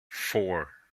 four